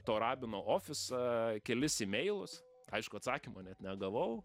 to rabino ofisą kelis imeilus aišku atsakymo net negavau